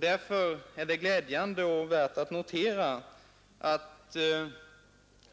Därför är det glädjande och värt att notera att